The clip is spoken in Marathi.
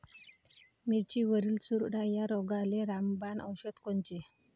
मिरचीवरील चुरडा या रोगाले रामबाण औषध कोनचे?